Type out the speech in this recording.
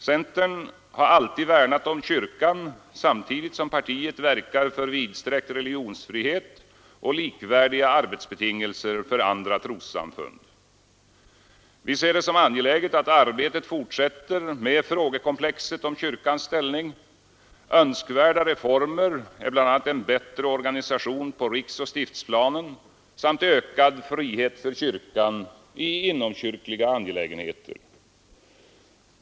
Centerpartiet har alltid värnat om kyrkan samtidigt som partiet verkar för vidsträckt religionsfrihet och likvärdiga arbetsbetingelser för andra trossamfund. Vi ser det som angeläget att arbetet fortsätter med frågekomplexet om kyrkans ställning. Önskvärda reformer är bl.a. en bättre organisation på riksoch stiftsplanen samt ökad frihet för kyrkan i inomkyrkliga angelägenheter.